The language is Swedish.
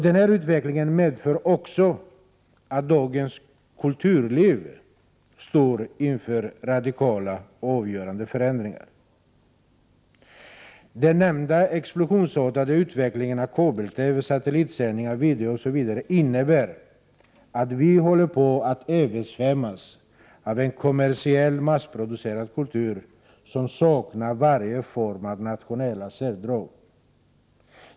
Den här utvecklingen medför också att dagens kulturliv står inför radikala och avgörande förändringar. Den nämnda explosionsartade utvecklingen av kabel-TV, satellitsändningar, video osv. innebär att vi håller på att översvämmas av en kommersiell, massproducerad kultur som saknar varje form av nationella särdrag.